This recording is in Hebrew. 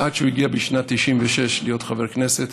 עד שהוא הגיע בשנת 1996 להיות חבר כנסת,